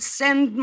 send